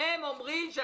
"הם" זה